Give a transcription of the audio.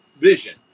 vision